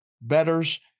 betters